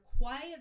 quiet